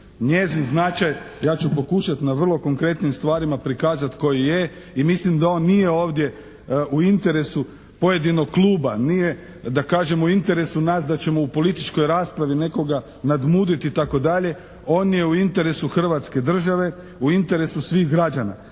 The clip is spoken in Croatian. Njezin značaj ja ću pokušati na vrlo konkretnim stvarima prikazati koji je i mislim da on nije ovdje u interesu pojedinog kluba, nije da kažem u interesu nas da ćemo u političkoj raspravi nekoga nadmudriti itd. on je u interesu Hrvatske države, u interesu svih građana